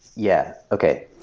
yeah, okay.